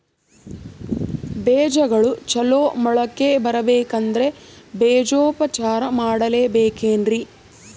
ಬೇಜಗಳು ಚಲೋ ಮೊಳಕೆ ಬರಬೇಕಂದ್ರೆ ಬೇಜೋಪಚಾರ ಮಾಡಲೆಬೇಕೆನ್ರಿ?